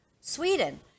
Sweden